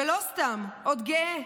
ולא סתם, עוד גאה!